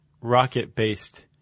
rocket-based